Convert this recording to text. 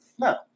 No